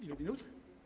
Ile minut?